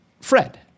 Fred